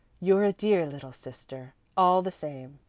you're a dear little sister, all the same,